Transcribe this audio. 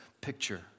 picture